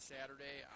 Saturday